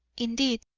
indeed,